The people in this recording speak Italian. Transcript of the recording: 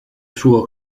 suo